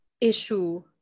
issue